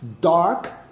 dark